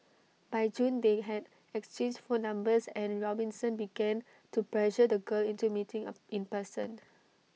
by June they had exchanged phone numbers and Robinson began to pressure the girl into meeting A in person